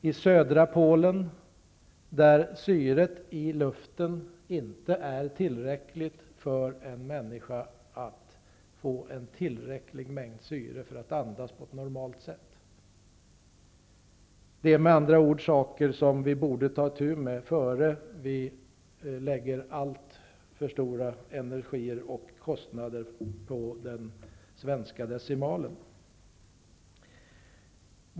I södra Polen finns det inte tillräckligt med syre i luften för att en människa skall kunna andas på ett normalt sätt. Detta är med andra ord saker som vi borde ta itu med innan vi lägger alltför stor energi och kostnad på den svenska decimalen.